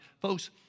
Folks